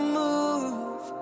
move